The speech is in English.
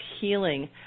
healing